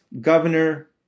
governor